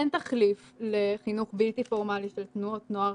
אין תחליף לחינוך בלתי פורמלי של תנועות נוער,